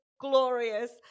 glorious